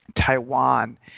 Taiwan